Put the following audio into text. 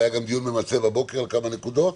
היה גם דיון ממצה בבוקר על כמה נקודות.